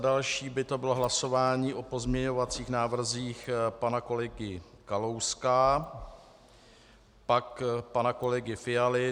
Další by bylo hlasování o pozměňovacích návrzích pana kolegy Kalouska, pak pana kolegy Fialy.